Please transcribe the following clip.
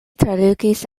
tradukis